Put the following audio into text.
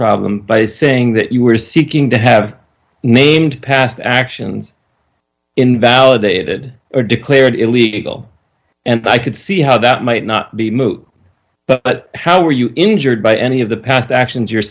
problem by saying that you were seeking to have named past actions invalidated a declared illegal and i could see how that might not be moot but how were you injured by any of the past actions you're